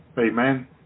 Amen